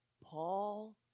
Paul